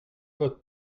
votre